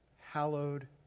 hallowed